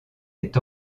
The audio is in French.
est